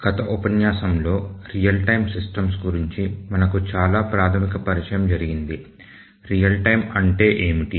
గత ఉపన్యాసంలో real time systems గురించి మనకు చాలా ప్రాథమిక పరిచయం జరిగింది రియల్ టైమ్ అంటే ఏమిటి